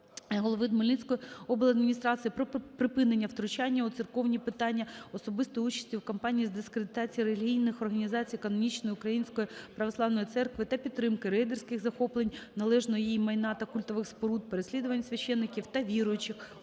голови Хмельницької облдержадміністрації про припинення втручання у церковні питання, особистої участі у кампанії з дискредитації релігійних організацій канонічної Української Православної Церкви та підтримки рейдерських захоплень належного їй майна та культових споруд, переслідувань священників та віруючих у